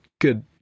good